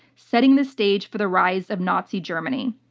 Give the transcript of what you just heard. setting the stage for the rise of nazi germany.